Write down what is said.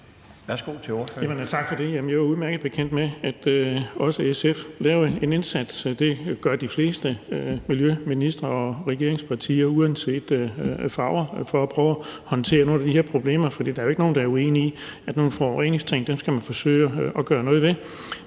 Jeg er udmærket bekendt med, at også SF lavede en indsats. Det gør de fleste miljøministre og regeringspartier uanset partifarve for at prøve at håndtere nogle af de her problemer. For der er jo ikke nogen, der er uenige i, at sådan nogle forureningsting skal man forsøge at gøre noget ved.